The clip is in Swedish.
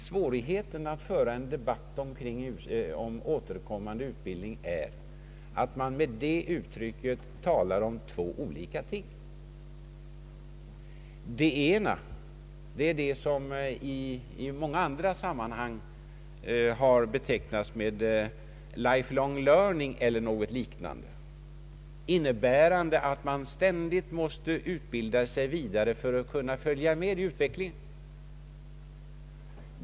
Svårigheten att föra debatt om återkommande utbildning är att man med det uttrycket talar om två olika ting. Det ena är det som i många andra sammanhang har betecknats med ”life long learning” eller något liknande, innebärande att man ständigt måste utbilda sig vidare för att kunna följa med utvecklingen.